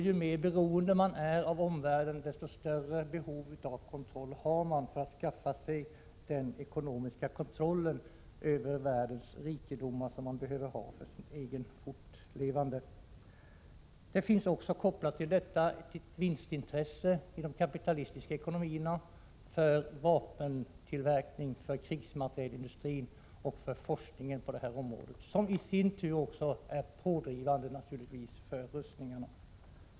Ju mer beroende man är av omvärlden, desto större behov har man av att skaffa sig den ekonomiska kontrollen. Denna kontroll över världens rikedomar behöver man ha för sin egen fortlevnad. Kopplat till detta finns ett vinstintresse inom de kapitalistiska ekonomierna, ett vinstintresse för vapentillverkning, för krigsmaterielindustrin och för forskningen på detta område, som i sin tur naturligtvis är pådrivande för rustningarna.